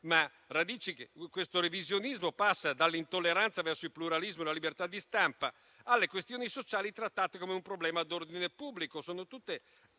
Questo revisionismo passa dall'intolleranza verso il pluralismo e la libertà di stampa alle questioni sociali trattate come un problema di ordine pubblico. Sono tutti